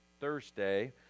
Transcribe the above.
Thursday